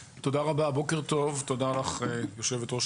בוקר טוב ותודה לך יושבת ראש